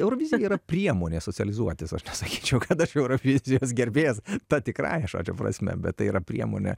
eurovizija tai yra priemonės socializuotis aš nesakyčiau kad aš eurovizijos gerbėjas ta tikrąja žodžio prasme bet tai yra priemonė